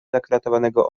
zakratowanego